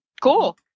Cool